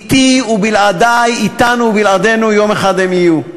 אתי או בלעדי, אתנו או בלעדינו, יום אחד הם יהיו,